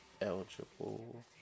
eligible